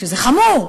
שזה חמור,